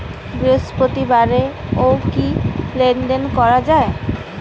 বৃহস্পতিবারেও কি লেনদেন করা যায়?